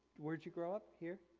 where'd you grow up, here?